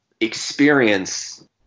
experience